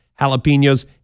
Jalapenos